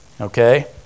Okay